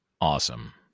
Awesome